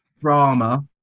drama